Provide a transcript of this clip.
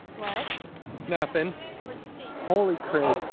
what nothing holy crow